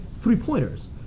three-pointers